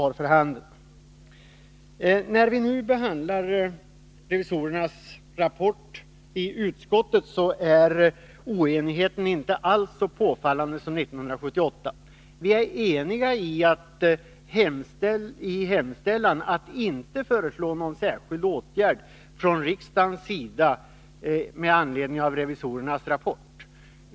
När vi nu behandlar revisorernas rapport är oenigheten i utskottet inte alls så påfallande som 1978. Vi är eniga om att i hemställan inte föreslå någon särskild åtgärd från riksdagens sida med anledning av revisorernas rapport.